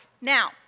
Now